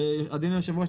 אדוני היושב-ראש,